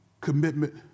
commitment